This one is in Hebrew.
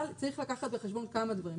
אבל צריך לקחת בחשבון כמה דברים.